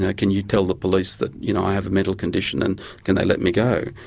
and can you tell the police that you know i have a mental condition and can they let me go.